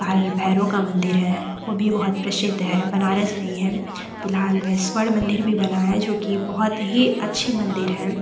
काल भैरव का मंदिर है वह भी बहुत प्रसिद्ध है बनारस में ही है फिलहाल में स्वर्ण मंदिर बना है जो की बहुत ही अच्छी मंदिर है